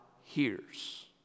hears